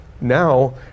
Now